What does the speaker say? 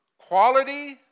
quality